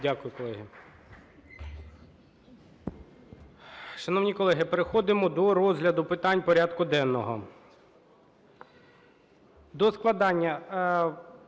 Дякую, колеги.